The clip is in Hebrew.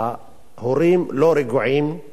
ההורים לא רגועים והמצב